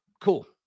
cool